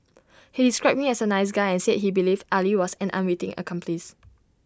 he described him as A nice guy and said he believed Ali was an unwitting accomplice